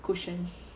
cushions